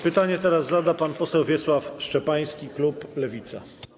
Pytanie zada pan poseł Wiesław Szczepański, klub Lewica.